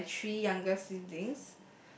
and my three younger siblings